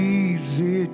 easy